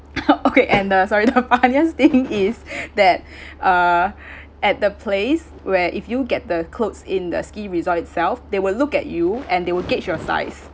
okay and the sorry the funniest thing is that uh at the place where if you get the clothes in the ski resort itself they will look at you and they will gauge your size